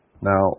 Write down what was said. Now